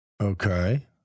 Okay